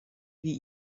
wie